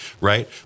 right